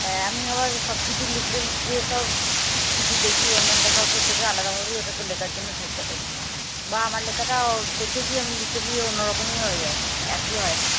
আমি আবার সব কিছু লিখতে গিয়ে সব কিছু দেখি অন্য লেখকের থেকে আলাদাভাবেই ওটাকে লেখার জন্য চেষ্টা করি বা আমার লেখাটা দেখেছি আমি লিখতে গিয়ে অন্য রকমই হয়ে যায় একই হয় না